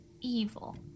evil